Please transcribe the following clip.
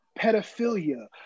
pedophilia